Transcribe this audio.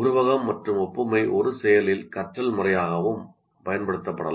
ஒத்த கற்றல் மற்றும் ஒப்புமை ஒரு செயலில் கற்றல் முறையாகவும் பயன்படுத்தப்படலாம்